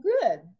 good